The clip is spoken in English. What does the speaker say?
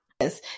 Yes